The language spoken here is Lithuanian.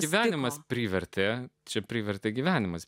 gyvenimas privertė čia privertė gyvenimas